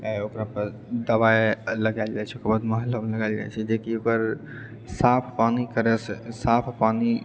ओकरा पर दबाइ लगाएल जाइत छै ओकर बाद मलहम लगाएल जाइत छै जेकि ओकर साफ पानि करएसँ साफ पानि